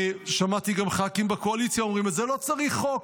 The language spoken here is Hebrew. ושמעתי גם ח"כים בקואליציה אומרים את זה: לא צריך חוק.